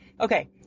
Okay